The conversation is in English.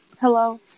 hello